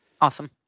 Awesome